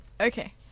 Okay